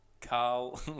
carl